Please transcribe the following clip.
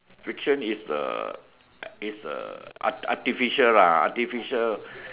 fiction is a is a art artificial lah artificial